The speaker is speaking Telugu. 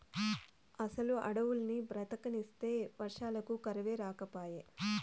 అసలు అడవుల్ని బతకనిస్తే వర్షాలకు కరువే రాకపాయే